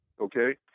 okay